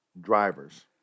drivers